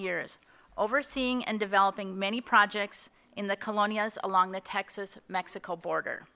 years overseeing and developing many projects in the colonias along the texas mexico border